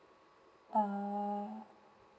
err